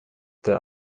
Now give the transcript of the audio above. der